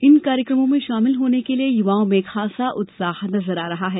इन कार्यक्रमों में शामिल होने के लिए युवाओं में खासा उत्साह नजर आ रहा है